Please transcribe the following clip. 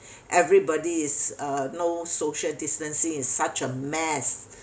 everybody is uh no social distancing is such a mess